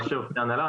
לאשר בפני ההנהלה,